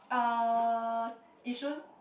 uh Yishun